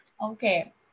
Okay